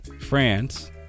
France